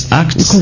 acts